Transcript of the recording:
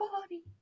body